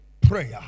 prayer